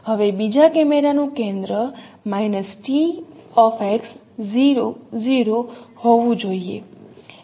હવે બીજા કેમેરાનું કેન્દ્ર t x 00 હોવું જોઈએ